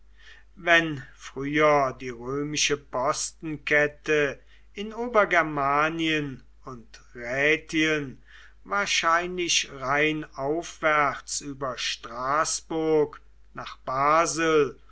wenn früher die römische postenkette in obergermanien und rätien wahrscheinlich rheinaufwärts über straßburg nach basel